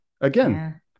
again